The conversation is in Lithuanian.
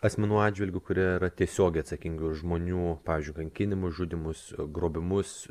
asmenų atžvilgiu kurie yra tiesiogiai atsakingi už žmonių pavyzdžiui kankinimus žudymus grobimus